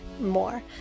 more